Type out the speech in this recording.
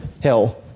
hill